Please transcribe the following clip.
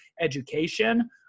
education